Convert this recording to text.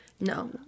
no